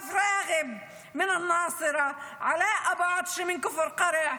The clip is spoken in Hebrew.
אשרף ראגב מנצרת; עלאא אבו עטא מכפר קרע,